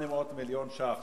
ה-800 מיליון שקלים